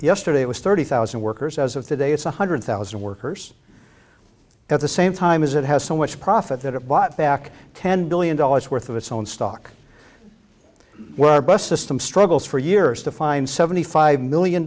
yesterday it was thirty thousand workers as of today it's one hundred thousand workers at the same time as it has so much profit that it bought back ten billion dollars worth of its own stock were bus system struggles for years to find seventy five million